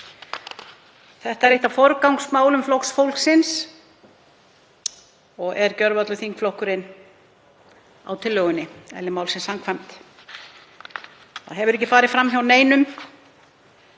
Þetta er eitt af forgangsmálum Flokks fólksins og er gjörvallur þingflokkurinn á tillögunni eðli málsins samkvæmt. Það hefur ekki farið fram hjá neinum